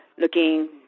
looking